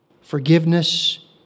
forgiveness